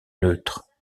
neutre